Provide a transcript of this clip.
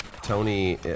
Tony